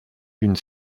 d’une